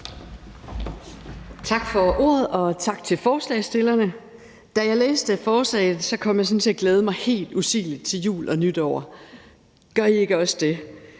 Tak for ordet, og tak til forslagsstillerne. Da jeg læste forslaget, kom jeg til at glæde mig helt usigeligt til jul og nytår. Gør I ikke også det?